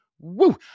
Woo